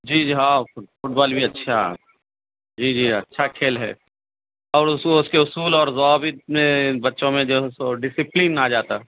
جی جی ہاں football بھی اچھا ہے جی جی اچھا کھیل ہے اور اُسے اُس کے اصول اور ضوابط نے بچوں میں جو ہے سو ڈسپلن آ جاتا